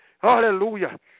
Hallelujah